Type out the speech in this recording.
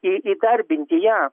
į įdarbinti ją